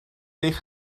eich